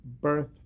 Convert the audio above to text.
birth